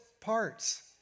parts